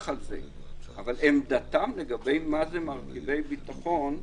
על זה אבל עמדתם לגבי מה זה מרכיבי ביטחון,